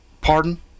Pardon